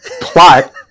plot